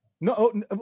No